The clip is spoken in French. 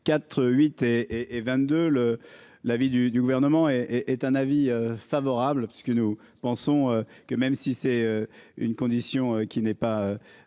4 8 et et 22 le l'avis du du gouvernement et est un avis favorable parce que nous pensons que même si c'est une condition qui n'est pas.